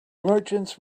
merchants